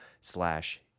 slash